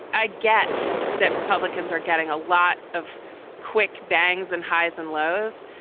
i get that republicans are getting a lot of quick bangs and highs and lows.